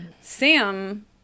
Sam